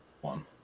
one